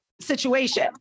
situation